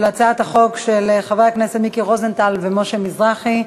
של הצעת החוק של חבר הכנסת מיקי רוזנטל ומשה מזרחי.